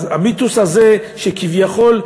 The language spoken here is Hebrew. אז המיתוס הזה שכביכול,